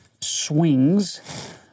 swings